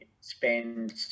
spend